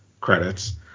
credits